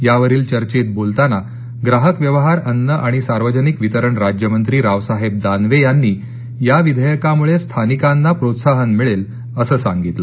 यावरील चर्चेत बोलताना ग्राहक व्यवहार अन्न आणि सार्वजनिक वितरण राज्यमंत्री रावसाहेब दानवे यांनी या विधेयकामुळे स्थानिकांना प्रोत्साहन मिळेल असं सांगितलं